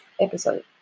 episode